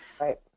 Right